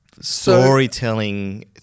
storytelling